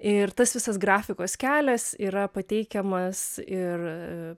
ir tas visas grafikos kelias yra pateikiamas ir